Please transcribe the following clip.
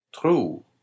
True